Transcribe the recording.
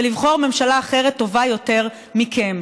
ולבחור ממשלה אחרת טובה יותר מכם.